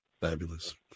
Fabulous